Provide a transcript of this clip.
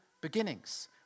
beginnings